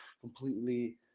completely